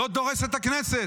לא דורס את הכנסת,